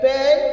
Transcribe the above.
Ben